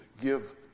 give